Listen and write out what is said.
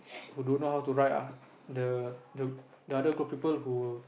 who don't know how to ride ah the the the other group of people who